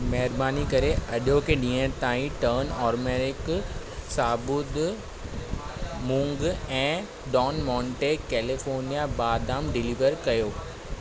महिरबानी करे अॼोके ॾींह ताईं टर्न आर्गेनिक साबुत मूंग ऐं डॉन मोंटे कैलिफ़ोर्निया बादाम डिलीवर कयो